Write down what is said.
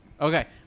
Okay